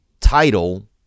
title